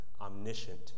omniscient